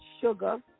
sugar